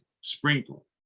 sprinkle